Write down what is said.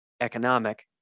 economic